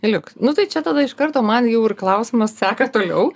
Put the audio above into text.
liuks nu tai čia tada iš karto man jau ir klausimas seka toliau